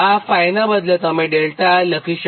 આ 𝜑 નાં બદલે તમે લખી 𝛿𝑅 શકો